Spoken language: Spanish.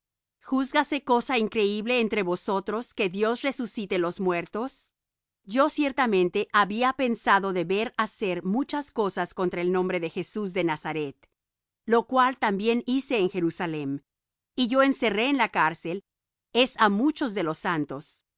júzgase cosa increíble entre vosotros que dios resucite los muertos yo ciertamente había pensando deber hacer muchas cosas contra el nombre de jesús de nazaret lo cual también hice en jerusalem y yo encerré en cárcel es á muchos de los santos